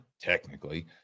technically